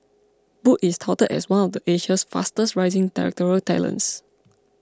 boo is touted as one of Asia's fastest rising directorial talents